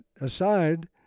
aside